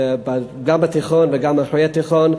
גם בתיכון וגם אחרי התיכון,